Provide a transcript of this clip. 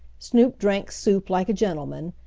snoop drank soup like a gentleman,